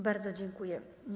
Bardzo dziękuję.